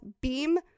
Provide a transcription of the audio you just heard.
beam